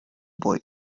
boy